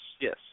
yes